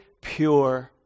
pure